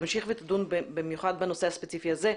תמשיך לדון במיוחד בנושא הספציפי הזה.